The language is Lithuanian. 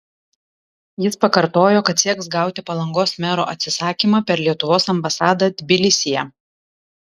jis pakartojo kad sieks gauti palangos mero atsisakymą per lietuvos ambasadą tbilisyje